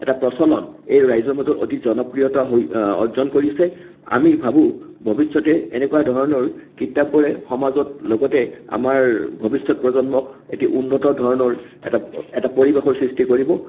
এটা প্ৰচলন এই ৰাইজৰ মাজত অতি জনপ্ৰিয়তা হৈ অৰ্জন কৰিছে আমি ভাবোঁ ভৱিষ্য়তে এনেকুৱা ধৰণৰ কিতাপবোৰে সমাজত লগতে আমাৰ ভবিষ্য়ত প্ৰজন্মক এটি উন্নত ধৰণৰ এটা এটা পৰিবেশৰ সৃষ্টি কৰিব